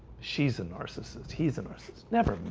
she's a narcissist. he's a nurses never